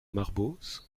marboz